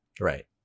Right